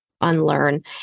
unlearn